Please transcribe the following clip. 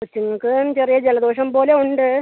കൊച്ചുങ്ങൾക്കും ചെറിയ ജലദോഷം പോലെ ഉണ്ട്